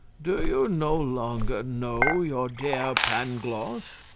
do you no longer know your dear pangloss?